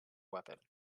weapon